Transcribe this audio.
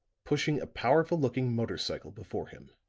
pushing a powerful-looking motor cycle before him.